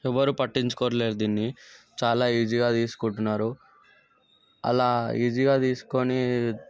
ఎవరూ పట్టించుకోవటం లేదు దీన్ని చాలా ఈజీగా తీసుకుంటున్నారు అలా ఈజీగా తీసుకొని